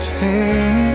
pain